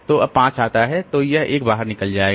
तो जब 5 आता है तो यह 1 बाहर निकल जाएगा